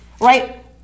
Right